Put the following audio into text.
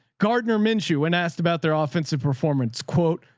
gardner minshew, when asked about their ah offensive performance quote,